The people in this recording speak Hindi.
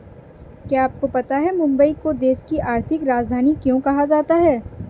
क्या आपको पता है मुंबई को देश की आर्थिक राजधानी क्यों कहा जाता है?